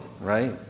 right